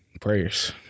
prayers